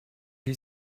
get